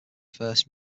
first